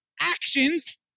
actions